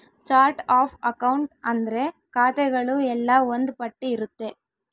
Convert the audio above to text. chart of account ಅಂದ್ರೆ ಖಾತೆಗಳು ಎಲ್ಲ ಒಂದ್ ಪಟ್ಟಿ ಇರುತ್ತೆ